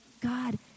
God